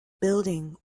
building